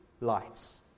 lights